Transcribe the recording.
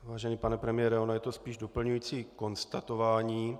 Vážený pane premiére, ono je to spíš doplňující konstatování.